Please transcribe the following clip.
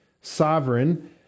sovereign